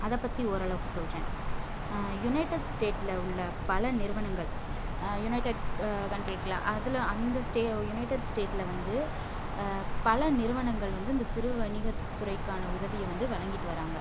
அத பற்றி ஓரளவுக்கு சொல்றேன் யுனேட்டட் ஸ்டேட்டில் உள்ள பல நிறுவனங்கள் யுனேட்டட் கண்ட்ரியில் அதில் அந்த ஸ்டே யுனேட்டட் ஸ்டேட்டில் வந்து பல நிறுவனங்கள் வந்து இந்த சிறு வணிகத்துறைக்கான உதவியை வந்து வழங்கிட்டு வராங்க